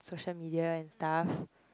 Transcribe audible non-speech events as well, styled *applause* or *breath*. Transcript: social media and stuff *breath*